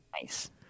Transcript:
nice